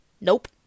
nope